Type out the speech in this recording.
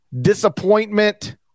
disappointment